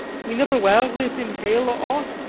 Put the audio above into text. we never were within hail o' aught.